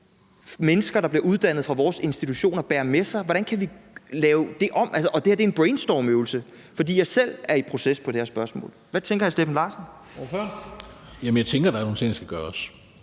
mennesker, der bliver uddannet fra vores institutioner, bærer med sig. Hvordan kan vi lave det om? Det her er en brainstormøvelse, for jeg er selv i proces på det her spørgsmål. Hvad tænker hr. Steffen Larsen? Kl. 11:17 Første næstformand (Leif Lahn Jensen): Ordføreren.